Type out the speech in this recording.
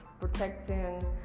protecting